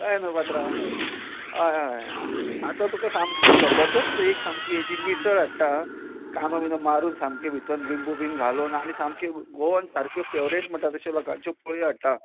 कळ्ळें न्हू पात्रांव हय हय हय आतां तुका सामकी जबरदस्त एक सामकी हेजी मिसळ हाडटा कांदो बिंदो मारून सामके भितर लिंबू बीन घालून आनी सामकें गोवन सारके फेवरेट म्हणटा तशें लोकांच्यो पोळयो हाडटा